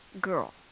girl